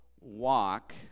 walk